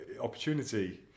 opportunity